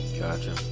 Gotcha